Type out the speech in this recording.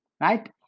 right